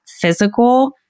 physical